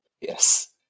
Yes